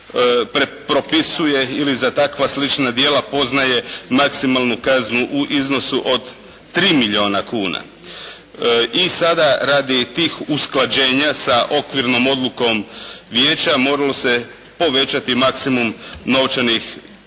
ili za takva slična djela poznaje maksimalnu kaznu u iznosu od tri milijuna kuna. I sada radi tih usklađenja sa okvirnom odlukom vijeća moralo se povećati maksimum novčanih kazni za